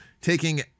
taking